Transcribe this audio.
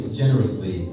generously